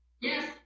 Yes